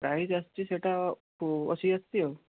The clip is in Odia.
ପ୍ରାଇସ୍ ଆସୁଛି ସେଇଟା ଅଶୀ ଆସୁଛି ଆଉ